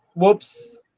whoops